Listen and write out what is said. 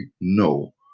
no